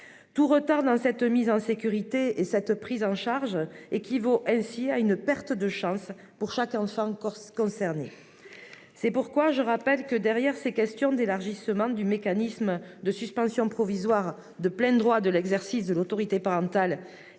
Tout retard dans cette mise en sécurité et cette prise en charge équivaut à une perte de chance pour chaque enfant concerné. Au-delà des questions d'élargissement du mécanisme de suspension provisoire de plein droit de l'exercice de l'autorité parentale